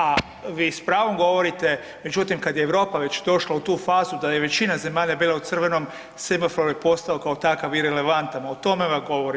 A vi s pravom govorite, međutim kad je Europa već došla u tu fazu da je većina zemalja bila u crvenom semafor je postao kao takav irelevantan, o tome vam govorim.